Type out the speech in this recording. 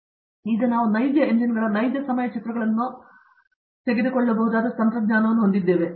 ಆದ್ದರಿಂದ ಈಗ ನಾವು ನೈಜ ಎಂಜಿನ್ಗಳ ನೈಜ ಸಮಯ ಚಿತ್ರಗಳನ್ನು ತೆಗೆದುಕೊಳ್ಳಬಹುದಾದ ತಂತ್ರಜ್ಞಾನವನ್ನು ಹೊಂದಿದ್ದೇವೆ